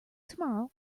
tomorrow